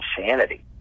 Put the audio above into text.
insanity